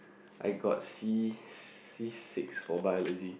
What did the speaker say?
I got C C six for biology